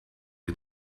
wir